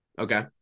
Okay